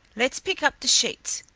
let's pick up the sheets.